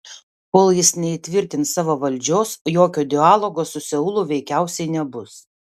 kol jis neįtvirtins savo valdžios jokio dialogo su seulu veikiausiai nebus